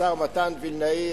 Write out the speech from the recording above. השר מתן וילנאי,